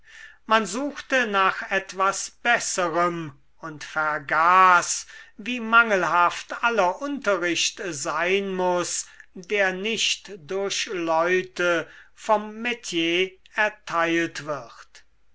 man suchte nach etwas besserem und vergaß wie mangelhaft aller unterricht sein muß der nicht durch leute vom metier erteilt wird